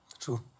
True